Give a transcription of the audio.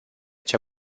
cea